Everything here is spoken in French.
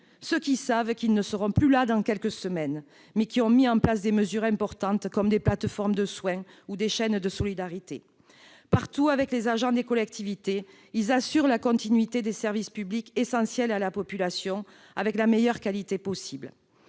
lorsqu'ils savent qu'ils ne seront plus en place dans quelques semaines, mettant en place des mesures importantes comme des plateformes de soins ou des chaînes de solidarité. Partout, avec les agents des collectivités territoriales, ils assurent la continuité des services publics essentiels à la population avec la meilleure qualité possible.